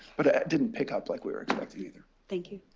but it didn't pick up like we were expecting either. thank you.